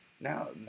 now